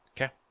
Okay